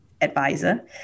advisor